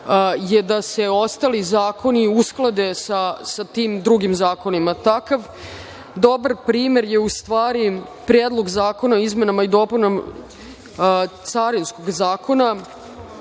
jeste da se ostali zakoni usklade sa tim drugim zakonima. Takav dobar primer je Predlog zakona o izmenama i dopunama carinskog zakona,